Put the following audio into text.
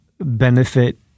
benefit